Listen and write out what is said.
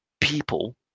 people